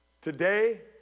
today